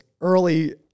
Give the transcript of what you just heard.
early –